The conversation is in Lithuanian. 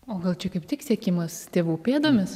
o gal čia kaip tik sekimas tėvų pėdomis